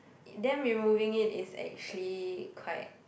them removing it is actually quite